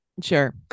Sure